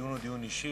הדיון הוא דיון אישי.